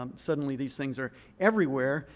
um suddenly these things are everywhere.